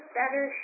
better